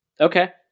Okay